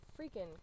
freaking